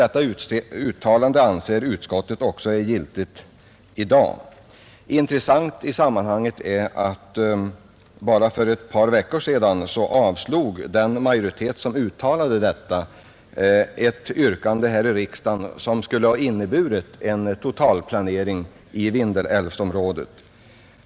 Detta uttalande anser utskottet också vara giltigt i dag. Intressant i sammanhanget är dock, att för bara ett par veckor sedan avslog en majoritet av socialdemokrater och kommunister ett yrkande här i riksdagen, som skulle ha inneburit en totalplanering i Vindelälvsområdet.